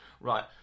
Right